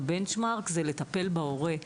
הבנצ'מרק זה לטפל בהורה.